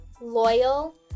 loyal